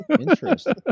Interesting